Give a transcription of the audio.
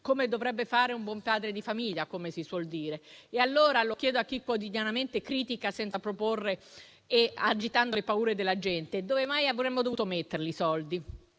come dovrebbe fare un buon padre di famiglia, come si suol dire. Chiedo, allora, a chi quotidianamente critica senza proporre, agitando le paure della gente, dove mai avremmo dovuto metterli i soldi.